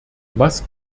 was